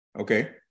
okay